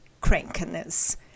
crankiness